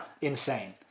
insane